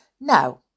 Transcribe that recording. Now